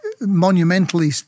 monumentally